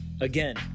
Again